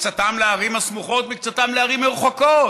מקצתם לערים הסמוכות מקצתם לערים מרוחקות.